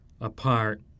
apart